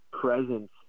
presence